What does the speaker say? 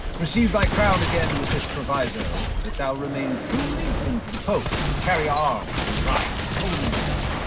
receive thy crown again, with this proviso, that thou remain true liegeman to the pope, and carry arms in right of holy rome.